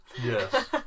Yes